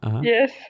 Yes